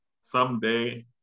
someday